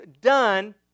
done